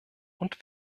und